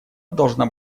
должна